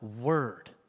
Word